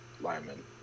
linemen